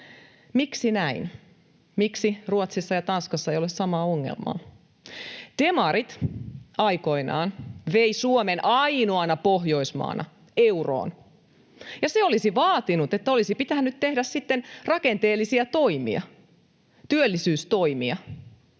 Miksi näin? Miksi Ruotsissa ja Tanskassa ei ole samaa ongelmaa? Demarit aikoinaan veivät Suomen ainoana Pohjoismaana euroon, ja se olisi vaatinut, että olisi pitänyt tehdä sitten rakenteellisia toimia, työllisyystoimia.